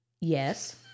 yes